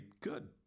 good